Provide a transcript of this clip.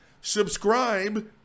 Subscribe